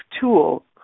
tool